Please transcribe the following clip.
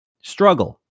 struggle